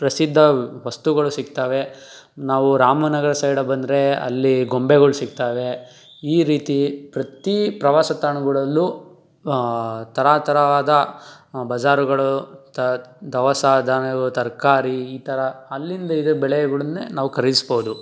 ಪ್ರಸಿದ್ಧ ವ್ತಸುಗಳು ಸಿಗ್ತವೆ ನಾವು ರಾಮನಗರ ಸೈಡಲ್ಲಿ ಬಂದರೆ ಅಲ್ಲಿ ಗೊಂಬೆಗಳು ಸಿಗ್ತವೆ ಈ ರೀತಿ ಪ್ರತಿ ಪ್ರವಾಸ ತಾಣಗಳಲ್ಲೂ ಥರ ಥರವಾದ ಬಜಾರುಗಳು ತ್ ದವಸ ಧಾನ್ಯಗಳು ತರಕಾರಿ ಈ ಥರ ಅಲ್ಲಿಂದ ಇದೇ ಬೆಳೆಗಳನ್ನೆ ನಾವು ಖರೀದಿಸ್ಬೋದು